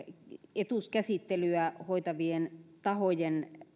etuuskäsittelyä hoitavien tahojen